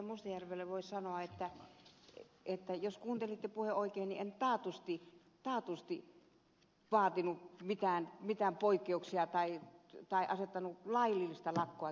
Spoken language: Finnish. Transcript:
mustajärvelle voisi sanoa että jos kuuntelitte puheen oikein en taatusti vaatinut mitään poikkeuksia tai asettanut laillista lakkoa kyseenalaiseksi